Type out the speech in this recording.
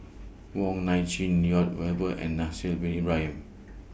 Wong Nai Chin Lloyd Valberg and Haslir Bin Ibrahim